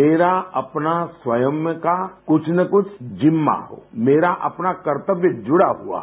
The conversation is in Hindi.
मेरा अपना स्वयं का कुछ न कुछ जिम्मा हो मेरा अपना कर्तव्य जुड़ा हुआ हो